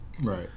Right